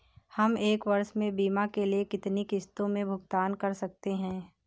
हम एक वर्ष में बीमा के लिए कितनी किश्तों में भुगतान कर सकते हैं?